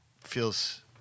feels